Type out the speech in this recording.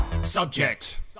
Subject